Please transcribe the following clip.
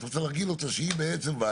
את רוצה להרגיל אותה שהיא ועדה